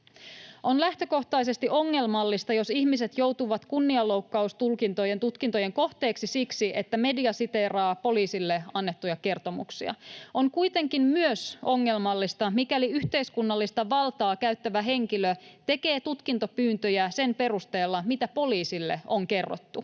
On lähtökohtaisesti ongelmallista, jos ihmiset joutuvat kunnianloukkaustutkintojen kohteeksi siksi, että media siteeraa poliisille annettuja kertomuksia. On kuitenkin myös ongelmallista, mikäli yhteiskunnallista valtaa käyttävä henkilö tekee tutkintapyyntöjä sen perusteella, mitä poliisille on kerrottu.